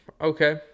Okay